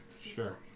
Sure